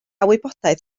wybodaeth